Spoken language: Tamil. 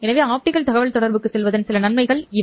எனவே ஆப்டிகல் தகவல்தொடர்புக்குச் செல்வதன் சில நன்மைகள் இவை